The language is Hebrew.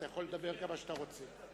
אתה יכול לדבר כמה שאתה רוצה.